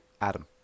Adam